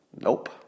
Nope